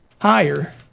higher